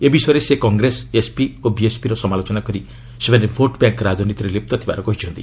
ଏ ବିଷୟରେ ସେ କଂଗ୍ରେସ ଏସ୍ପି ଓ ବିଏସ୍ପି ର ସମାଲୋଚନା କରି ସେମାନେ ଭୋଟ୍ ବ୍ୟାଙ୍କ୍ ରାଜନୀତିରେ ଲିପ୍ତ ଥିବାର କହିଛନ୍ତି